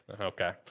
Okay